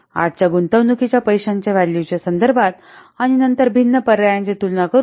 आजच्या गुंतवणूकीच्या पैशाच्या व्हॅल्यूच्या संदर्भात आणि नंतर भिन्न भिन्न पर्यायांची तुलना करुन